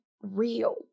real